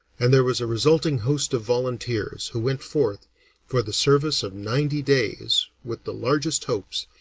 and there was a resulting host of volunteers, who went forth for the service of ninety days with the largest hopes,